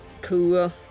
Cool